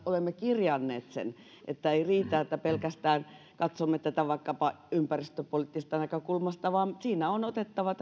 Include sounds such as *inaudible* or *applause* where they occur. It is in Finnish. olemme kirjanneet sen että ei riitä että pelkästään katsomme tätä vaikkapa ympäristöpoliittisesta näkökulmasta vaan tässä valmistelussa on otettava *unintelligible*